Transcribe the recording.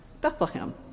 Bethlehem